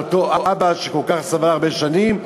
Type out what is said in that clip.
לאותו אבא שכל כך סבל הרבה שנים,